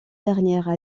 dernières